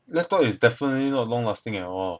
laptop is definitely not long lasting at all